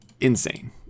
insane